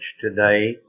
today